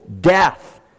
death